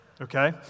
okay